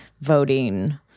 voting